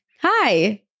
Hi